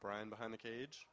brian behind the cage